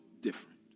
different